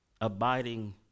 abiding